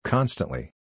Constantly